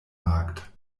markt